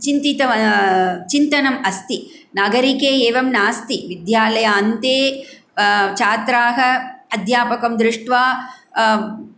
चिन्तनम् अस्ति नागरिके एवं नास्ति विद्यालयान्ते छात्राः अध्यापकं दृष्ट्वा